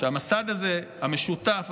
כשהמסד הזה המשותף,